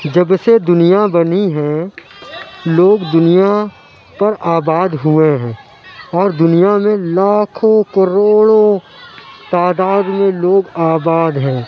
جب سے دُنیا بنی ہے لوگ دُنیا پر آباد ہوئے ہیں اور دُنیا میں لاکھوں کروڑوں تعداد میں لوگ آباد ہیں